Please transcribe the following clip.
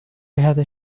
بهذا